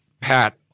Pat